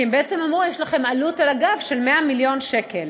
כי הן עצמן אמרו: יש לכם עלות על הגב של 100 מיליון שקל.